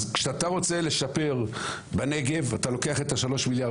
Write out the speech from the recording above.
אז כשאתה רוצה לשפר בנגב אתה לוקח את 3 מיליארד